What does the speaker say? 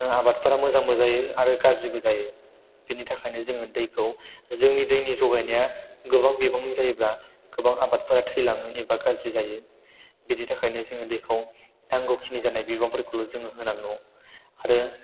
आबादफोरा मोजांबो जायो आरो गाज्रिबो जायो बिनि थाखायनो जों दैखौ जोंनि दैनि जगायनाया गोबां बिबांनि जायोब्ला गोबां आबादफोरा थैलाङो एबा गाज्रि जायो बिनि थाखायनो जों दैखौ नांगौखिनि जानाय बिबांफोरखौल' जोङो होनांगौ आरो